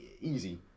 easy